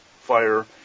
fire